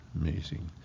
amazing